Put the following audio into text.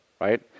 right